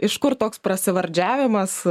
iš kur toks prasivardžiavimas